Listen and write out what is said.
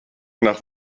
nach